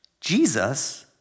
Jesus